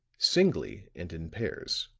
singly and in pairs.